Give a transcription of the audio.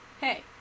hey